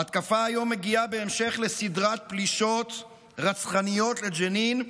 ההתקפה היום מגיעה בהמשך לסדרת פלישות רצחניות לג'נין,